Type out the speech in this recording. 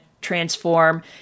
transform